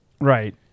Right